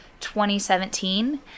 2017